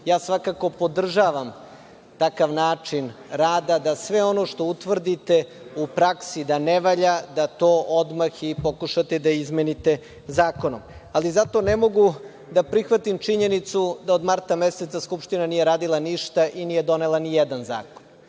ja svakako podržavam takav način rada, da sve ono što utvrdite u praksi da ne valja da to odmah i pokušate da izmenite zakonom. Zato ne mogu da prihvatim činjenicu da od marta meseca Skupština nije radila ništa i nije donela nijedan zakon.